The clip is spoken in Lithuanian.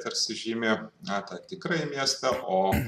tarsi žymi na tą tikrąjį miestą o